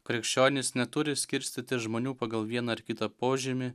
krikščionys neturi skirstyti žmonių pagal vieną ar kitą požymį